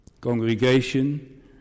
Congregation